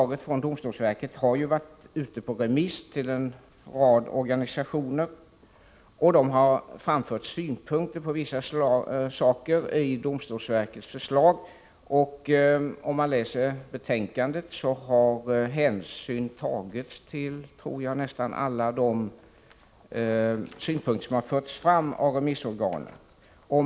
Domstolsverkets förslag har varit ute på remiss hos en rad organisationer, och dessa har framfört vissa synpunkter. Den som läser betänkandet finner att hänsyn har tagits till nästan alla synpunkter som har framförts av remissorganen.